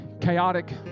chaotic